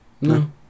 No